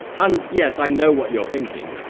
and yes i know what you're thinking,